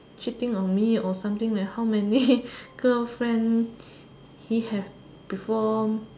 cheating on me or something like how many girlfriend he have before